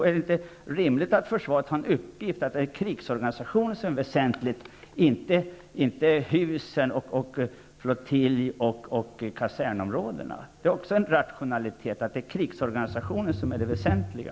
Är det inte rimligt att försvaret har en uppgift, att det är krigsorganisationen som är väsentlig, inte husen, flottiljen och kasernområdena? Det är också en rationalitet att det är krigsorganisationen som är det väsentliga.